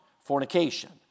fornication